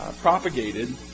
propagated